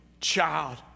child